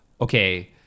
okay